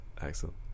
Excellent